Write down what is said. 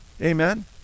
amen